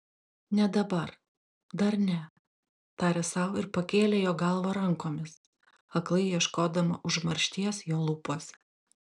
ne dabar dar ne tarė sau ir pakėlė jo galvą rankomis aklai ieškodama užmaršties jo lūpose